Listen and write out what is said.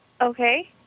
Okay